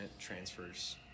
transfers